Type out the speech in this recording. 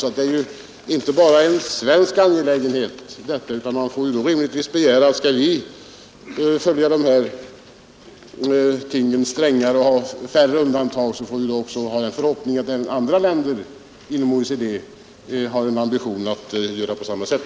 Detta är således inte bara en svensk angelägenhet, utan man får rimligtvis hoppas att, om vi skall följa bestämmelserna strängare och ha färre undantag, även andra länder inom OECD har en ambition att göra på samma sätt.